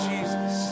Jesus